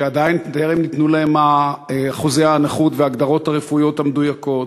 שטרם ניתנו להם אחוזי הנכות וההגדרות הרפואיות המדויקות,